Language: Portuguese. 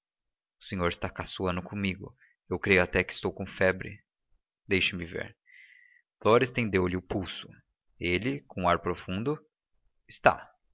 o senhor está caçoando comigo eu creio até que estou com febre deixe ver flora estendeu-lhe o pulso ele com ar profundo está